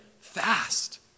fast